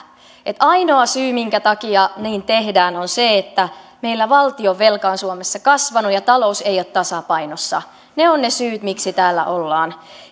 ainoa syy minkä takia niin tehdään on se että meillä valtionvelka on suomessa kasvanut ja talous ei ole tasapainossa ne ovat ne syyt miksi täällä ollaan